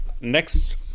Next